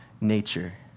nature